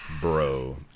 Bro